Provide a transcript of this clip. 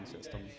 system